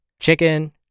chicken